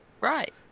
right